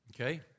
Okay